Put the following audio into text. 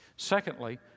Secondly